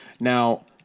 Now